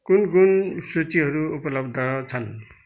कुन कुन सूचीहरू उपलब्ध छन्